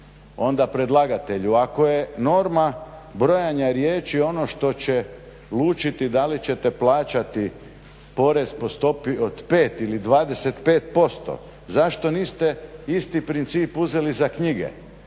onda predlagatelju. Ako je norma brojanja riječi ono što će lučiti da li ćete plaćati porez po stopi od 5 ili 25% zašto niste isti princip uzeli za knjige,